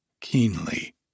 keenly